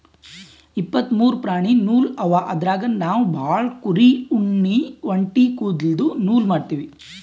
ಇಪ್ಪತ್ತ್ ಮೂರು ಪ್ರಾಣಿ ನೂಲ್ ಅವ ಅದ್ರಾಗ್ ನಾವ್ ಭಾಳ್ ಕುರಿ ಉಣ್ಣಿ ಒಂಟಿ ಕುದಲ್ದು ನೂಲ್ ಮಾಡ್ತೀವಿ